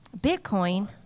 Bitcoin